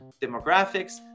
demographics